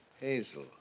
hazel